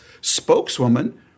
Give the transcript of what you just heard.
spokeswoman